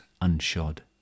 unshod